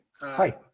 hi